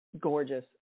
gorgeous